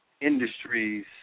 industries